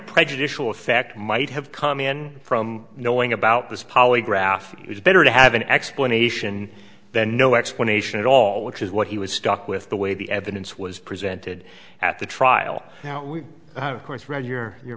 prejudicial effect might have come in from knowing about this polygraph it was better to have an explanation than no explanation at all which is what he was struck with the way the evidence was presented at the trial now we have of course read your you